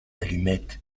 allumettes